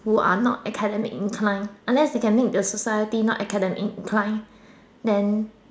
who are not academic inclined unless they can make the society not academic inclined then